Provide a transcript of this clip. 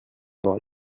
vol